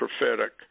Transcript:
prophetic